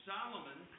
Solomon